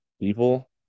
people